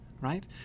Right